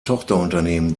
tochterunternehmen